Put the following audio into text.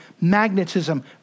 magnetism